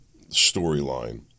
storyline